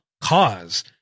cause